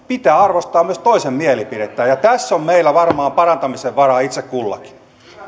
pitää arvostaa myös toisen mielipidettä ja tässä on meillä varmaan parantamisen varaa itse kullakin